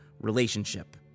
relationship